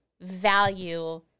value